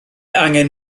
angen